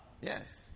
Yes